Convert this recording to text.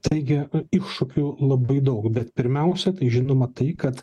taigi iššūkių labai daug bet pirmiausia tai žinoma tai kad